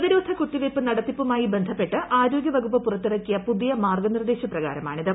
പ്രതിരോധ കുത്തിവയ്പ്പ് നടത്തിപ്പുമായി ബന്ധപ്പെട്ട് ആരോഗ്യവകുപ്പ് പുറത്തിറക്കിയ പുതിയ മാർഗ്ഗനിർദേശപ്രകാരമാണിത്